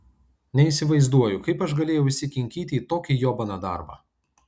neįsivaizduoju kaip aš galėjau įsikinkyti į tokį jobaną darbą